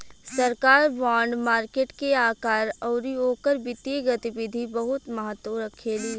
सरकार bond market के आकार अउरी ओकर वित्तीय गतिविधि बहुत महत्व रखेली